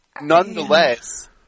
Nonetheless